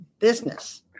business